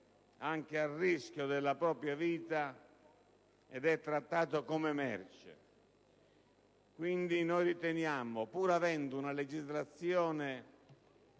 anche a rischio della propria vita, ed è trattato come merce. Quindi, pur avendo una legislazione